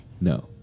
No